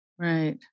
Right